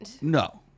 No